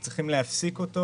אנחנו צריכים להפסיק אותו